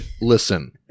Listen